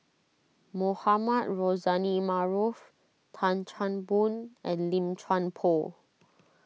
Mohamed Rozani Maarof Tan Chan Boon and Lim Chuan Poh